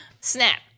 snap